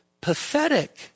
pathetic